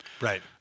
Right